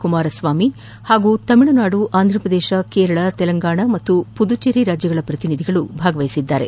ಕುಮಾರಸ್ವಾಮಿ ಪಾಗೂ ತಮಿಳುನಾಡು ಿಂಧ್ರಪ್ರದೇಶ ಕೇರಳ ತೆಲಂಗಾಣ ಮತ್ತು ಪುದುಚೇರಿ ರಾಜ್ಯಗಳ ಪ್ರತಿನಿಧಿಗಳು ಭಾಗವಹಿಸಿದ್ದಾರೆ